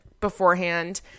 beforehand